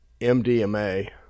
MDMA